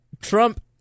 Trump